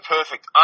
Perfect